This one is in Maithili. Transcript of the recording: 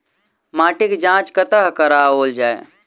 माटिक जाँच कतह कराओल जाए?